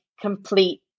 complete